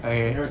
okay